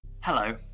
hello